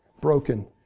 broken